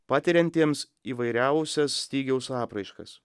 patiriantiems įvairiausias stygiaus apraiškas